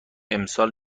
امسال